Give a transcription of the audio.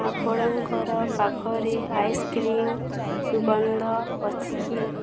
ଆପଣଙ୍କ ପାଖରେ ଆଇସ୍କ୍ରିମ୍ ସୁଗନ୍ଧ ଅଛି କି